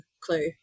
clue